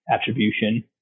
attribution